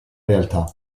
realtà